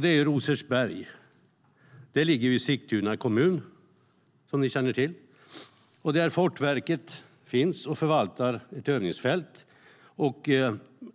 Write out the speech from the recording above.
Det är Rosersberg. Det ligger i Sigtuna kommun. Där finns Fortifikationsverket som förvaltar ett övningsfält och